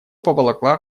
поволокла